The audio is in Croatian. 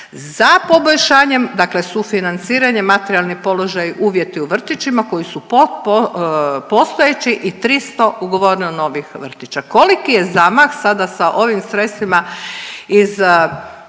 za poboljšanjem dakle sufinanciranjem materijalni položaj uvjeti u vrtićima koji su postojeći i 300 ugovoreno novih vrtića. Koliki je zamah sada sa ovim sredstvima iz